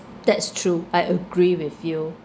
that's true I agree with you